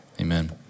Amen